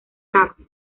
cap